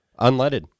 Unleaded